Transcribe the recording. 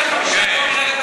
עברו 45 יום, .